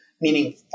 meaning